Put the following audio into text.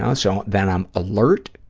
ah so then i'm alert,